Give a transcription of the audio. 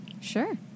Sure